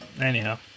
Anyhow